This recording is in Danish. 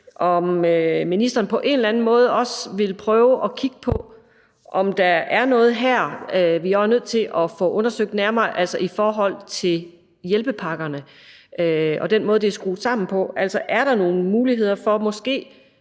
om ministeren på en eller anden måde vil prøve at kigge på, om der her er noget, vi er nødt til at få undersøgt nærmere, altså i forhold til hjælpepakkerne og den måde, det er skruet sammen på. Er der nogle muligheder for måske